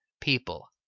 people